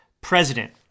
president